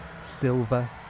silver